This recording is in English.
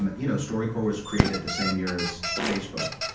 and you know storycorps was created the same year as facebook.